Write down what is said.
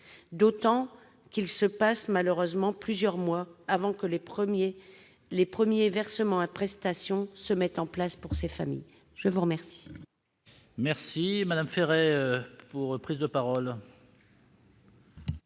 d'autant qu'il se passe, malheureusement, plusieurs mois avant que les premiers versements à prestations se mettent en place pour ces familles. La parole